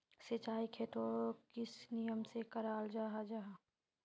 सिंचाई खेतोक किस नियम से कराल जाहा जाहा?